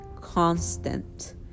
constant